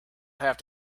have